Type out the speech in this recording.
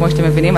כמו שאתם מבינים,